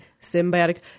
Symbiotic